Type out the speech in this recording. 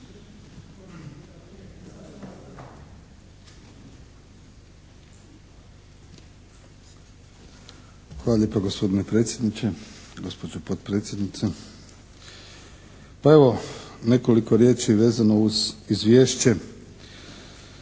Hvala lijepa gospodine predsjedniče, gospođo potpredsjednice. Pa evo, nekoliko riječi vezano uz Izvješće